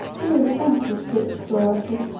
here a tent was pitched for ayesha,